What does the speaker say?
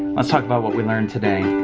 let's talk about what we learned today.